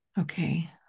okay